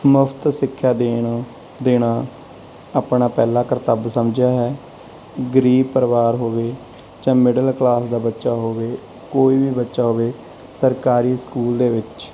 ਮੁਫ਼ਤ ਸਿੱਖਿਆ ਦੇਣ ਦੇਣਾ ਆਪਣਾ ਪਹਿਲਾ ਕਰਤੱਵ ਸਮਝਿਆ ਹੈ ਗਰੀਬ ਪਰਿਵਾਰ ਹੋਵੇ ਜਾਂ ਮਿਡਲ ਕਲਾਸ ਦਾ ਬੱਚਾ ਹੋਵੇ ਕੋਈ ਵੀ ਬੱਚਾ ਹੋਵੇ ਸਰਕਾਰੀ ਸਕੂਲ ਦੇ ਵਿੱਚ